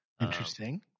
interesting